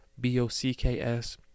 B-O-C-K-S